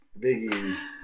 Biggie's